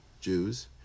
Jews